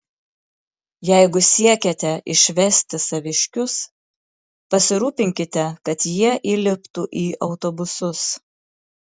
jeigu siekiate išvesti saviškius pasirūpinkite kad jie įliptų į autobusus